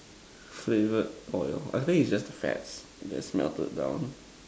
flavoured oil I think it's just fats that is melted down